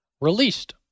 released